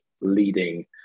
leading